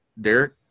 Derek